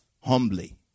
humbly